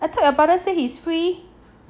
I thought your brother said he's free